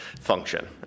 function